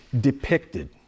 depicted